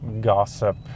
gossip